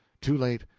too late!